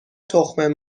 تخم